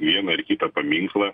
vieną ar kitą paminklą